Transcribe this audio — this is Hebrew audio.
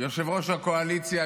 יושב-ראש הקואליציה,